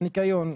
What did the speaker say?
ניקיון,